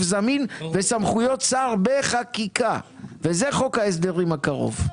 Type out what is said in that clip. זמין וסמכויות שר בחקיקה בחוק ההסדרים הקרוב.